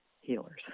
healers